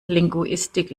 linguistic